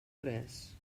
res